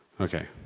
okay,